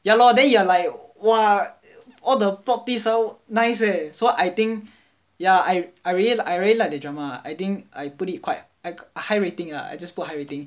ya lor then you are like !wah! all the plot twist ah nice leh so I think yeah I I real~ I really like the drama I think I put it quite a high rating I just put a high rating